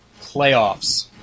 playoffs